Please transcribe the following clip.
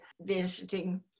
visiting